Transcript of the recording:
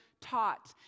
taught